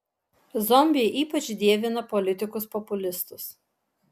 zombiai ypač dievina politikus populistus